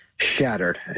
shattered